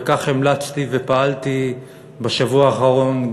וכך המלצתי ופעלתי בשבוע האחרון,